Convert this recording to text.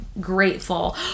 grateful